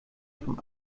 vom